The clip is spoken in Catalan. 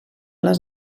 les